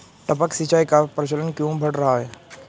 टपक सिंचाई का प्रचलन क्यों बढ़ रहा है?